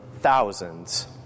thousands